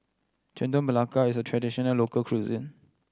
Chendol Melaka is a traditional local cuisine